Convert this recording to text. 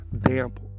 damp